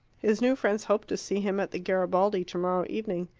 his new friends hoped to see him at the garibaldi tomorrow evening.